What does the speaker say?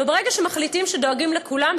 אבל ברגע שמחליטים שדואגים לכולם,